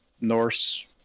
Norse